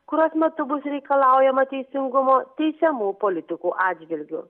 kurios metu bus reikalaujama teisingumo teisiamų politikų atžvilgiu